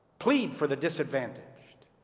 plead for the disadvantaged.